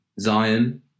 Zion